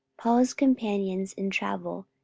paul's companions in travel,